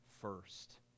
first